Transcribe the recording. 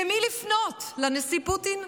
למי לפנות, לנשיא פוטין?